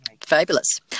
Fabulous